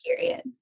period